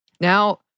Now